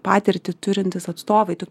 patirtį turintys atstovai tu